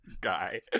guy